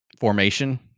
formation